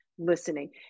listening